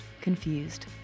Confused